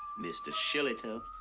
mr. shillitoe.